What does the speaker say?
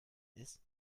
ist